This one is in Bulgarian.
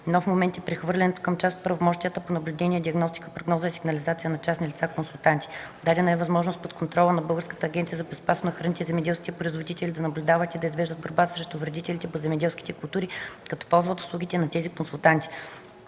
Нов момент е прехвърлянето на част от правомощията по наблюдение, диагностика, прогноза и сигнализация на частни лица консултанти. Дадена е възможност под контрола на Българската агенция по безопасност на храните земеделските производители да наблюдават и да извеждат борбата срещу вредителите по земеделските култури, като ползват услугите на тези консултанти.